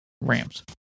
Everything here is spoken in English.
Rams